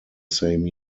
same